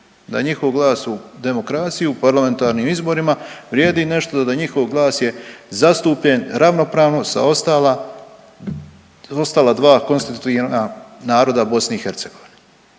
da njihov glas u demokraciji, u parlamentarnim izborima vrijedi nešto, da njihov glas je zastupljen ravnopravno sa ostala, ostala dva konstitutivna naroda u BiH i to